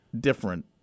different